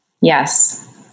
yes